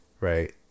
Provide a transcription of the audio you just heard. right